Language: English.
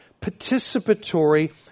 participatory